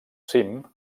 cim